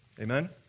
Amen